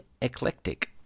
eclectic